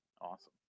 awesome